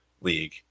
league